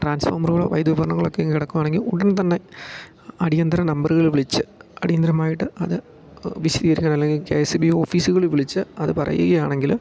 ട്രാൻസ്ഫോമറുകളോ വൈദുത ഉപകരണങ്ങളൊക്കെ കിടക്കുകയാണെങ്കിൽ ഉടനെ തന്നെ അടിയന്തര നമ്പറുകൾ വിളിച്ചു അടിയന്തരമായിട്ട് അത് വിശദീകരിച്ചു അല്ലെങ്കിൽ കെ എസ് ഇ ബി ഓഫീസുകൾ വിളിച്ചു അത് പറയുകയാണെങ്കിൽ